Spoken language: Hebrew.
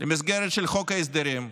במסגרת של חוק ההסדרים,